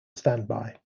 standby